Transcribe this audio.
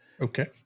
Okay